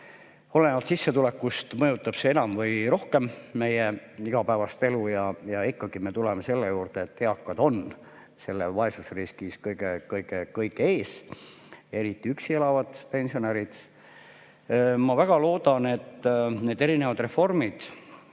Olenevalt sissetulekust mõjutab see [vähem] või rohkem meie igapäevast elu. Ikkagi me tuleme selle juurde, et eakad on vaesusriski poolest kõige ees, eriti üksi elavad pensionärid. Ma väga loodan, et need erinevad reformid,